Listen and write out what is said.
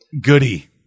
Goody